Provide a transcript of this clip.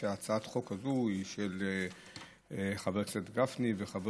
הצעת החוק הזאת היא גם של חבר הכנסת גפני וחבר